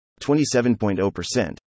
27.0%